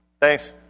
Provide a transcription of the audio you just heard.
Thanks